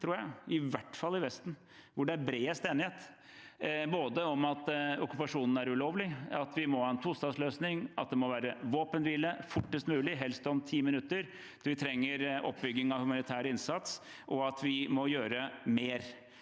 i hvert fall i Vesten, hvor det er bredest enighet både om at okkupasjonen er ulovlig, at vi må ha en tostatsløsning, at det må være våpenhvile fortest mulig – helst om 10 minutter – at vi trenger oppbygging av humanitær innsats, og at vi må gjøre mer.